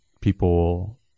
people